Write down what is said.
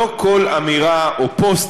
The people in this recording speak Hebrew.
לא כל אמירה או פוסט,